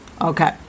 Okay